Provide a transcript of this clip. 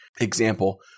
example